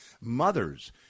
mothers